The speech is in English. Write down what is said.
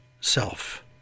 self